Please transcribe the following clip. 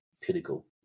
pinnacle